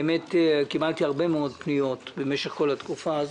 קיבלתי הרבה מאוד פניות במשך כל התקופה הזאת.